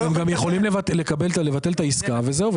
הם גם יכולים לבטל את העסקה וזהו.